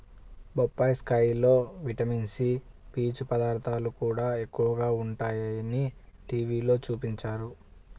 బొప్పాస్కాయలో vitamin C, పీచు పదార్థాలు కూడా ఎక్కువగా ఉంటయ్యని టీవీలో చూపించారు